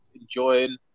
enjoying